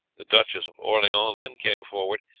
the duchess of orleans then came forward,